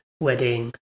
wedding